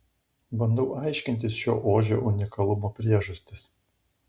bandau aiškintis šio ožio unikalumo priežastis